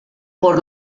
por